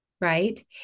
right